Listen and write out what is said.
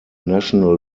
national